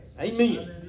Amen